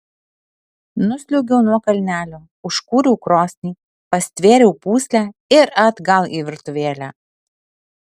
nusliuogiau nuo kalnelio užkūriau krosnį pastvėriau pūslę ir atgal į virtuvėlę